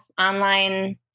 online